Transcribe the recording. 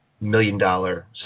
million-dollar